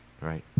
right